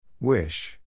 Wish